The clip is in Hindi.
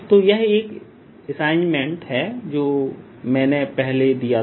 तो यह एक असाइनमेंट है जो मैंने पहले दिया था